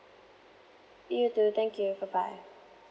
you too thank you bye bye